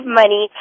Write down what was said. money